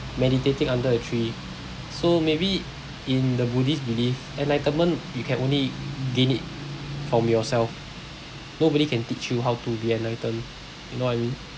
meditating under a tree so maybe in the buddhist belief enlightenment you can only gain it from yourself nobody can teach you how to be enlightened you know what I mean